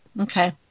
Okay